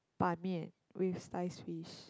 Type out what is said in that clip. Ban Mian with sliced fish